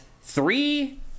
three